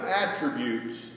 attributes